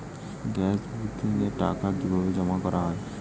Gas বুকিংয়ের টাকা কিভাবে জমা করা হয়?